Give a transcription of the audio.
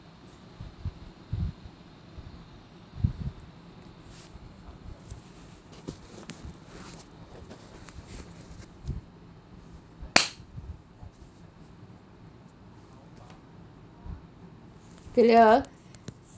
clear